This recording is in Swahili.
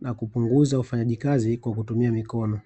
na kupunguza ufanyaji kazi kwa kutumia mikono.